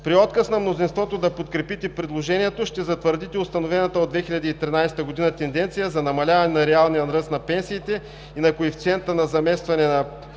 При отказ на мнозинството да подкрепите предложението ще затвърдите установената от 2013 г. тенденция за намаляване на реалния ръст на пенсиите, на коефициента на заместване на дохода